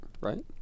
right